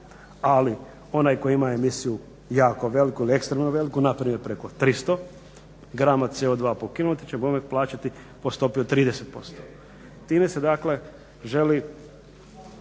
ali onaj koji ima emisiju jako veliku ili ekstremno veliku npr. preko 300 grama CO2 po km će bome plaćati po stopi od 30%. Time se dakle želi